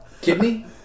Kidney